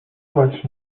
much